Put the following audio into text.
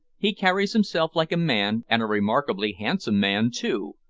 he carries himself like a man, and a remarkably handsome man too,